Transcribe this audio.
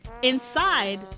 Inside